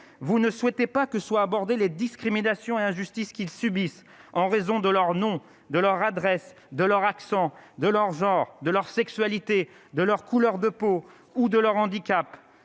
vous ne souhaitez pas que soient abordés les discriminations et l'injustice qu'ils subissent en raison de leur nom de leur adresse de leur accent de leur genre de leur sexualité, de leur couleur de peau ou de leur handicap,